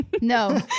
no